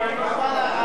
נתקבלה.